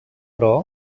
però